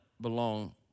belong